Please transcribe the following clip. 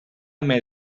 made